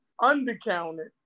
undercounted